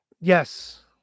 Yes